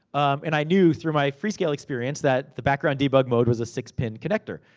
and i knew, through my free scale experience, that the background debug mode was a six-pin connector.